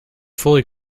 fully